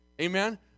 amen